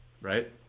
right